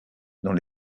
dont